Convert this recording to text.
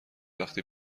وقتی